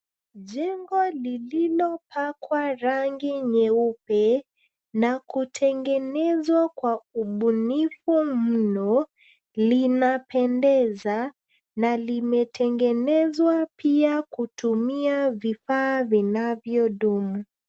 Jengo lililo pakwa rangi nyeupe na kutengenezwa kwa upunifu mno, linapendeza na limetengenezwa pia kutumia vifaa vinavyo dumu.